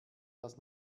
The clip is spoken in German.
das